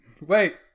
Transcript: Wait